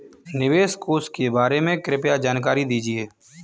निवेश कोष के बारे में कृपया जानकारी दीजिए